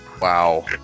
Wow